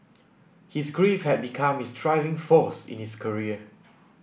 his grief had become his driving force in his career